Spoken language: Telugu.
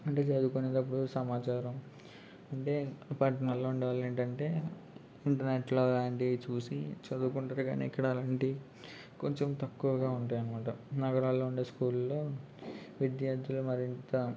అంటే చదువుకునేటప్పుడు సమాచారం అంటే అప్పట్లో ఉండే వాళ్ళు ఏంటంటే ఇంటర్నెట్లో లాంటివి చూసి చదువుకుంటారు కానీ ఇక్కడ అలాంటి కొంచెం తక్కువగా ఉంటాయన్నమాట నగరాల్లో ఉండే స్కూల్లో విద్యార్థులు మరింత